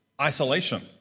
isolation